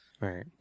Right